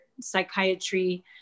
psychiatry